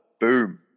Boom